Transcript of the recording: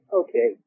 okay